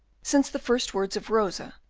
since the first words of rosa,